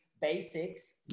basics